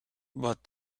but